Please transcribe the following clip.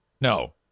No